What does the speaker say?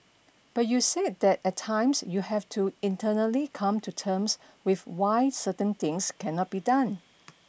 but you said that at times you have to internally come to terms with why certain things cannot be done